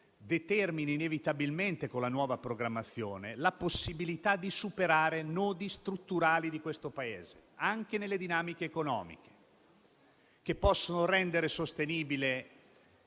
determini inevitabilmente, con la nuova programmazione, la possibilità di superare i nodi strutturali di questo Paese, anche nelle dinamiche economiche, così da rendere sostenibile